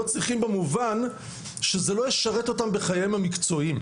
הם לא צריכים במובן שזה לא ישרת אותם בחייהם המקצועיים,